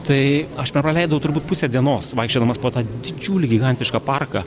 tai aš per praleidau turbūt pusę dienos vaikščiodamas po tą didžiulį gigantišką parką